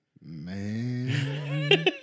man